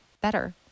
better